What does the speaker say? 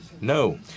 no